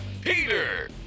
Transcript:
Peter